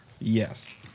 Yes